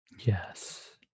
Yes